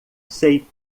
sei